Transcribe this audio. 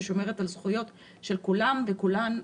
ששומרת על הזכויות של כולם וכולן.